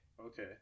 Okay